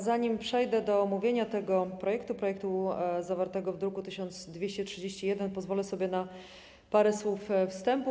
Zanim przejdę do omówienia tego projektu, projektu zawartego w druku nr 1231, pozwolę sobie na parę słów wstępu.